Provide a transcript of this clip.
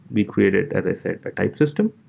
we created, as i said, a type system.